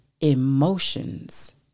emotions